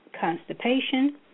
constipation